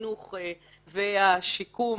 החינוך והשיקום